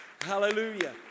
Hallelujah